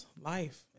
life